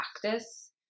practice